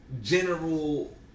general